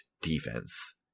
defense